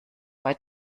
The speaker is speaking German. bei